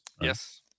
Yes